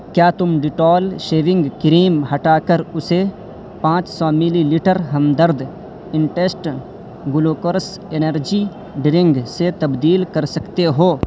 کیا تم Dettol shaving cream ہٹا کر اسے پانچ سو millilitre Hamdard instant glucose energy drink سے تبدیل کر سکتے ہو